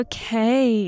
Okay